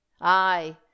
Aye